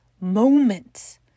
moments